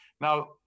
now